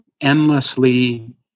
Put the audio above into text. endlessly